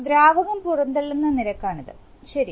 ദ്രാവകം പുറന്തള്ളുന്ന നിരക്കാണിത് ശരി